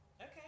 Okay